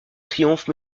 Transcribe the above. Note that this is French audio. triomphe